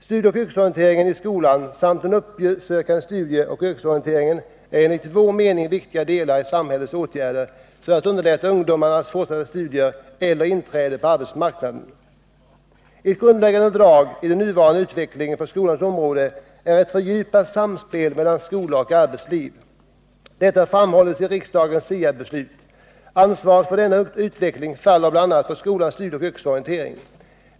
Studieoch yrkesorienteringen i skolan samt den uppsökande studieoch yrkesorienteringen är enligt vår mening viktiga delar i samhällets åtgärder för att underlätta ungdomarnas fortsatta studier eller inträde på arbetsmarknaden. Ett grundläggande drag i den nuvarande utvecklingen på skolans område är ett fördjupat samspel mellan skolan och arbetslivet. Detta framhålls i riksdagens SIA-beslut. Ansvaret för denna utveckling faller bl.a. på skolans studieoch yrkesorientering.